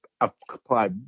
apply